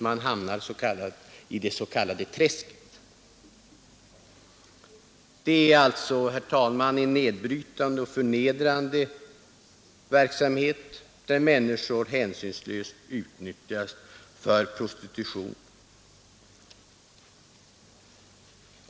Man hamnar i det s.k. träsket. Det gäller, herr talman, en nedbrytande och förnedrande verksamhet, där människor hänsynslöst utnyttjas för prostitution.